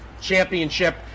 championship